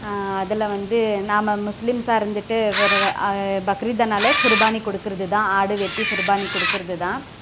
அதில் வந்து நாம் முஸ்லீம்ஸாக இருந்துட்டு ஒரு பக்ரீத்ன்னாலே குருபானி கொடுக்குறது தான் ஆடு வெட்டி குருபானி கொடுக்கறது தான்